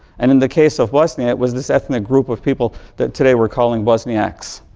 and in the case of bosnia, it was this ethic group of people that today we're calling bosniacs.